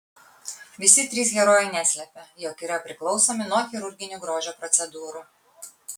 visi trys herojai neslepia jog yra priklausomi nuo chirurginių grožio procedūrų